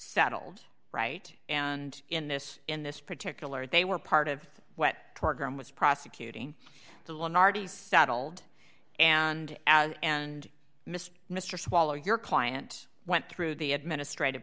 settled right and in this in this particular they were part of what program was prosecuting the law in artie's saddled and and mr mr swallow your client went through the administrative